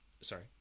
Sorry